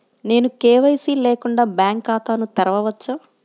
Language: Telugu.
నేను కే.వై.సి లేకుండా బ్యాంక్ ఖాతాను తెరవవచ్చా?